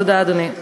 תודה, אדוני.